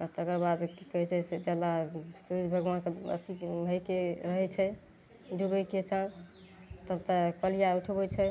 आओर तकर बाद की कहय छै से डाला सूर्य भगवान सब अथी होइ छै होइ छै डुबयके साथ सबके पलिया उठबय छै